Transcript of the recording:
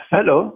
Hello